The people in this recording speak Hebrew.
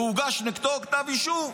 והוגש נגדו כתב אישום.